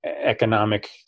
economic